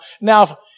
Now